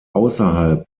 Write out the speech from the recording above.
außerhalb